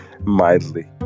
mildly